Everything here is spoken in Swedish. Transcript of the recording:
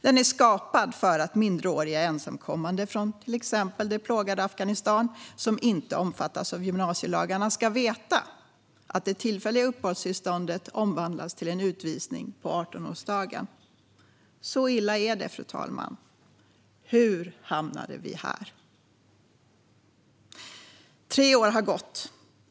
Den är skapad för att minderåriga ensamkommande från till exempel det plågade Afghanistan, vilka inte omfattas av gymnasielagarna, ska veta att det tillfälliga uppehållstillståndet omvandlas till en utvisning på 18-årsdagen. Så illa är det, fru talman. Hur hamnade vi här? Tre år har gått.